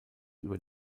über